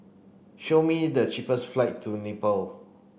show me the cheapest flight to Nepal